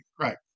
right